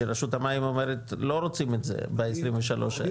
שרשות המים אומרת: לא רוצים את זה ב-23 האלה?